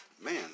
man